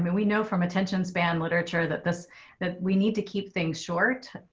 we know from attention span literature that this that we need to keep things short,